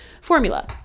formula